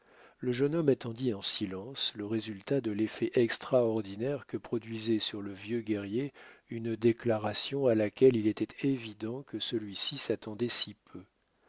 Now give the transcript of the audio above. le jeune homme attendit en silence le résultat de l'effet extraordinaire que produisait sur le vieux guerrier une déclaration à laquelle il était évident que celui-ci s'attendait si peu